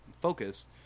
focus